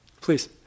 Please